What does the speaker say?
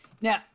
Now